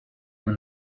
when